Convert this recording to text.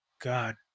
God